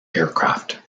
aircraft